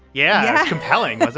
yeah. compelling